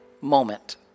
moment